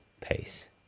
pace